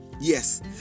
Yes